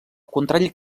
contrari